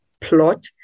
plot